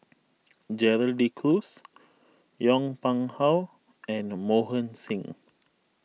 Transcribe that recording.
Gerald De Cruz Yong Pung How and Mohan Singh